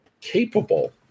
capable